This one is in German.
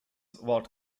wort